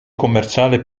commerciale